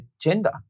gender